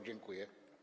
Dziękuję.